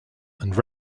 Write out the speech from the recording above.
and